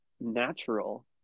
natural